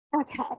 Okay